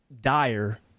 dire